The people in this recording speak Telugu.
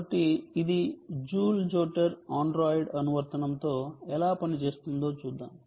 కాబట్టి ఇది జూల్ జోటర్ ఆండ్రాయిడ్ అనువర్తనంతో ఎలా పనిచేస్తుందో చూద్దాం